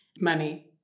Money